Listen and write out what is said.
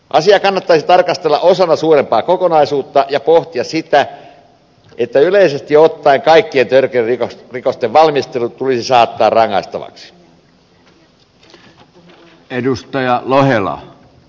asiaa kannattaisi tarkastella osana suurempaa kokonaisuutta ja pohtia sitä että yleisesti ottaen kaikkien törkeiden rikosten valmistelu tulisi saattaa rangaistavaksi